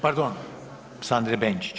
Pardon, Sandre Benčić.